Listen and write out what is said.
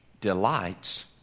delights